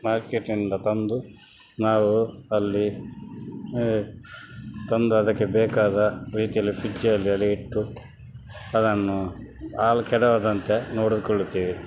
ಮಾರ್ಕೇಟಿಂದ ತಂದು ನಾವು ಅಲ್ಲಿ ತಂದು ಅದಕ್ಕೆ ಬೇಕಾದ ರೀತಿಯಲ್ಲಿ ಫ್ರಿಜ್ಜಲ್ಲೆಲ್ಲ ಇಟ್ಟು ಅದನ್ನು ಹಾಲ್ ಕೆಡದಂತೆ ನೋಡಿಕೊಳ್ಳುತ್ತೀವಿ